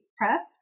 Press